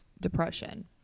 depression